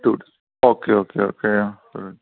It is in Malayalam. okay okay okay